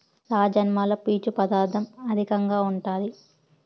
రాజ్మాలో పీచు పదార్ధం అధికంగా ఉంటాది